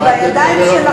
זה בידיים שלכם.